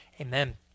amen